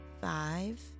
five